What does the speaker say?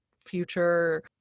future